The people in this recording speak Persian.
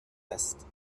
است